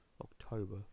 October